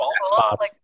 spots